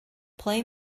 play